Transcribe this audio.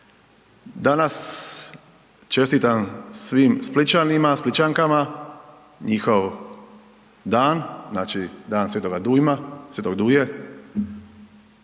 danas čestitam svim Splićanima, Splićankama njihov dan, Dan svetoga Dujma,